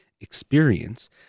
experience